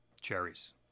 Cherries